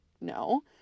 no